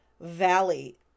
valley